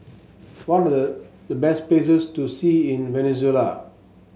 what the the best places to see in Venezuela